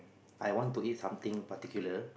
I want to eat something particular